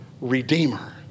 redeemer